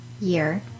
year